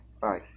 bye